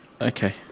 Okay